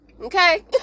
okay